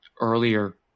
earlier